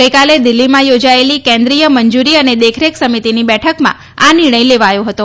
ગઈકાલે દિલ્ફીમાં યોજાયેલી કેન્દ્રીય મંજૂરી અને દેખરેખ સમિતિની બેઠકમાં આ નિર્ણય લેવાયો હતો